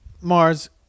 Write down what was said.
Mars